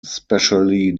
specially